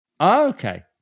Okay